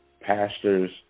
pastors